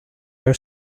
our